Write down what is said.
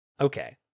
okay